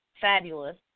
fabulous